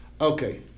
Okay